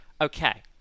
Okay